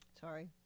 sorry